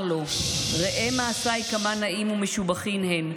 לו: 'ראה מעשי כמה נאים ומשובחין הן,